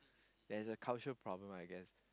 there's a culture problem I guess